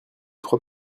trois